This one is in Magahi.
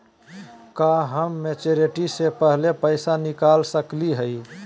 का हम मैच्योरिटी से पहले पैसा निकाल सकली हई?